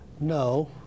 No